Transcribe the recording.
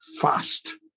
fast